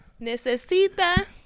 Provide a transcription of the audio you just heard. Necesita